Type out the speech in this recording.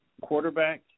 quarterback